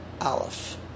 Aleph